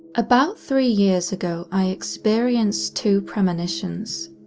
about three years ago i experienced two premonitions.